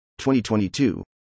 2022